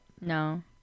No